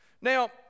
Now